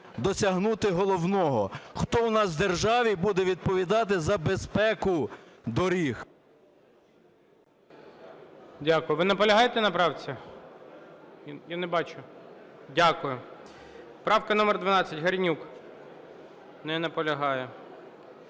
досягнути головного – хто у нас в державі буде відповідати за безпеку доріг.